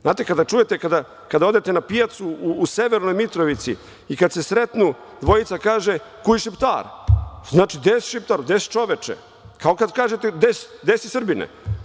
Znate, kada odete na pijacu u Severnoj Mitrovici i kada se sretnu dvojica, kaže – kuj Šiptar, što znači – gde si, Šiptar, gde si, čoveče, kao kada kažete – gde si, Srbine?